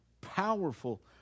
powerful